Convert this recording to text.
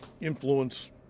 influence